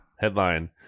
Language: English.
Headline